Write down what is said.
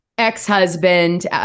Ex-husband